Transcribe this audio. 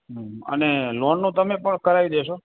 હમ અને લોનનું તમે પણ કરાવી દેશો